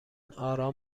آرام